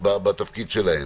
בתפקיד שלהם.